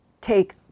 take